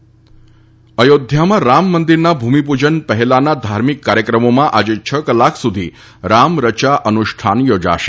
અયોધ્યા અનુષ્ઠાન અયોધ્યામાં રામ મંદિરના ભૂમિપૂજન પહેલાના ધાર્મિક કાર્યક્રમોમાં આજે છ કલાક સુધી રામ રચા અનુષ્ઠાન યોજાશે